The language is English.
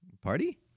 Party